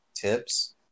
tips